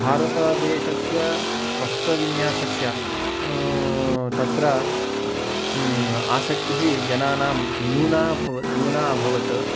भारतदेशस्य वस्त्रविन्यासस्य तत्र आसक्तिः जनानां न्यूना न्यूना अभवत्